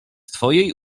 twojej